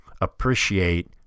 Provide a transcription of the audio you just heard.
appreciate